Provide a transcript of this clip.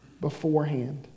beforehand